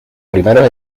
primeros